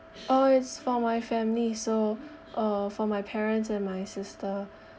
oh it's for my family so uh for my parents and my sister